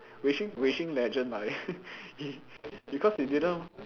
Wei-Shin Wei-Shin legend ah he because he didn't